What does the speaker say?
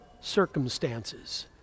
circumstances